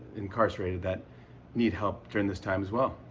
incarcerated that need help during this time as well.